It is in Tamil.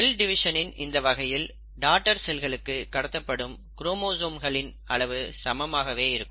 செல் டிவிஷனின் இந்த வகையில் டாடர் செல்களுக்கு கடத்தப்படும் குரோமோசோம்களின் அளவு சமமாகவே இருக்கும்